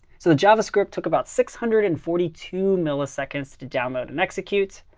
so the javascript took about six hundred and forty two milliseconds to download and execute.